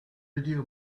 video